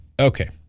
Okay